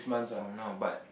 from now but